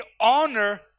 honor